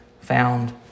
found